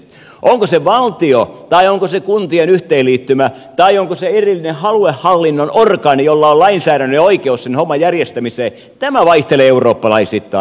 onko se valtio tai onko se kuntien yhteenliittymä tai onko se erillinen aluehallinnon orgaani jolla on lainsäädännöllinen oikeus sen homman järjestämiseen tämä vaihtelee eurooppalaisittain